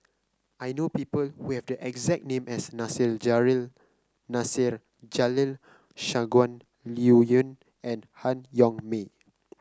I know people who have the exact name as Nasir Jalil Nasir Jalil Shangguan Liuyun and Han Yong May